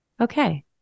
okay